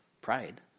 pride